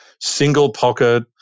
single-pocket